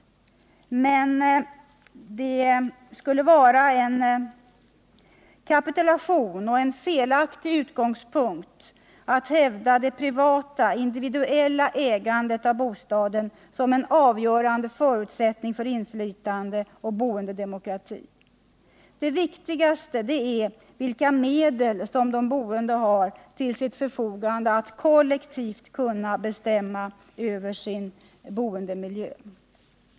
Men det skulle vara en kapitulation och en felaktig utgångspunkt att hävda det privata, individuella ägandet av bostaden som en avgörande förutsättning för inflytande och boendedemokrati. Det viktigaste är vilka medel som de boende har till sitt förfogande för att kollektivt kunna bestämma över sin boendemiljö.